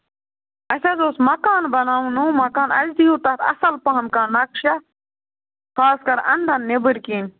اَسہِ حظ اوس مَکان بَناوُن نوٚو مکان اَسہِ دِیو تَتھ اَصٕل پَہَن کانٛہہ نَقشہ خاص کَر اَندَن نٮ۪بٕرۍ کِنۍ